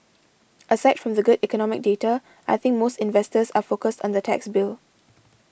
aside from the good economic data I think most investors are focused on the tax bill